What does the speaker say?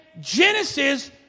Genesis